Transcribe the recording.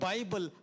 Bible